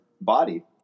body